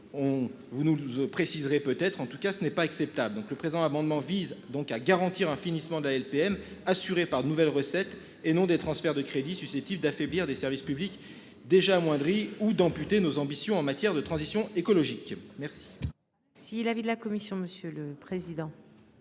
vous nous le préciserez peut être en tout cas ce n'est pas acceptable donc le présent amendement vise donc à garantir hein. Finissement de la LPM assurée par de nouvelles recettes et non des transferts de crédits, susceptible d'affaiblir des services publics déjà amoindri ou d'amputer nos ambitions en matière de transition écologique. Merci. Si l'avis de la commission, monsieur le président.